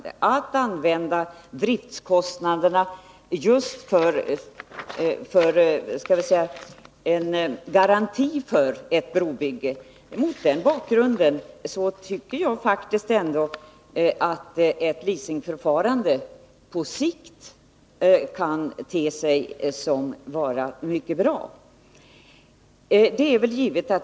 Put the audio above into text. Den av vägverket företagna utredningen visar också att det på sikt lönar sig med ett leasingförfarande. Man använder driftkostnaderna som en garanti för ett brobygge.